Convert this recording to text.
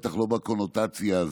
בטח לא בקונוטציה הזאת.